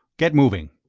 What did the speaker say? get moving!